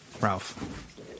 Ralph